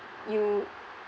you